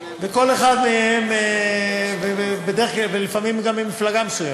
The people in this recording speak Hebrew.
וכל אחד מהם, ולפעמים גם ממפלגה מסוימת,